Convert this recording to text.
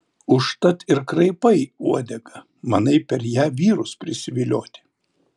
užtat ir kraipai uodegą manai per ją vyrus prisivilioti